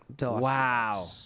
Wow